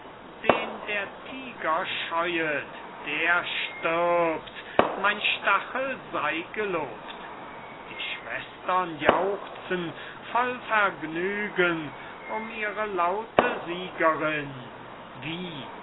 den der tiger scheuet der stirbt mein stachel sei gelobt die schwestern jauchzen voll vergnügen um ihre laute siegerin wie